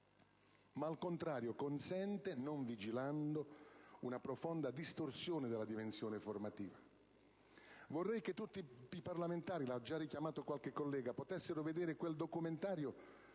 ma al contrario, consente, non vigilando, una profonda distorsione della dimensione formativa. Vorrei che tutti i parlamentari (l'ha già richiamato qualche collega) potessero vedere quel documentario